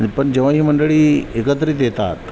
पण जेव्हा ही मंडळी एकत्रित येतात